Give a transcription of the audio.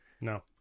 No